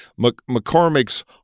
mccormick's